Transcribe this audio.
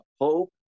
hope